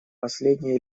последний